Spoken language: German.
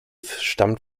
stammt